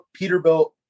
Peterbilt